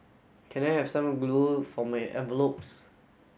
can I have some glue for my envelopes